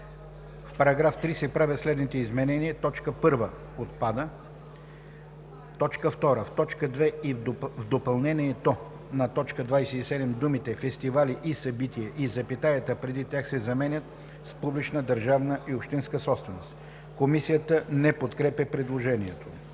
В § 3 се правят следните изменения: „1. Точка 1 отпада. 2. В точка 2 в допълнението на т. 27 думите „фестивали и събития“ и запетаята преди тях се заменят с „публична държавна и общинска собственост“.“ Комисията не подкрепя предложението.